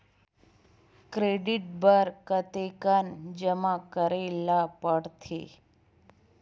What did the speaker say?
Credit बर कतेकन जमा करे ल पड़थे?